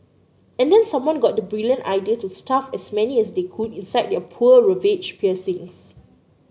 and then someone got the brilliant idea to stuff as many as they could inside their poor ravaged piercings